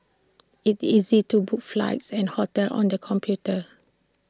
IT is easy to book flights and hotels on the computer